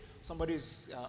somebody's